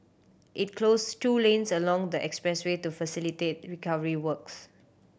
it closed two lanes along the expressway to facilitate recovery works